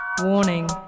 warning